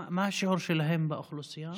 מה השיעור שלהם באוכלוסייה?